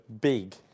big